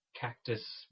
Cactus